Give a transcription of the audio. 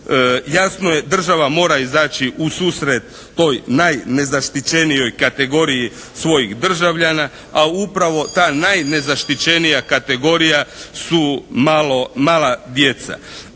Jasno je država mora izaći ususret toj najnezaštićenijoj kategoriji svojih državljana. A upravo ta najnezaštićenija kategorija su mala djeca.